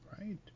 Right